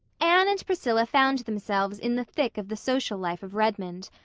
anne and priscilla found themselves in the thick of the social life of redmond.